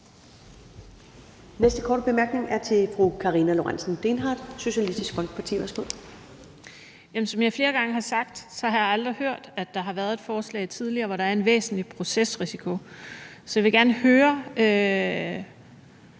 næste korte bemærkning er til fru Karina Lorentzen Dehnhardt, Socialistisk Folkeparti. Værsgo. Kl. 15:52 Karina Lorentzen Dehnhardt (SF): Som jeg flere gange har sagt, har jeg aldrig hørt, at der tidligere har været et forslag, hvor der er en væsentlig procesrisiko. Så jeg vil gerne høre,